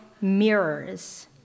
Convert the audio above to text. mirrors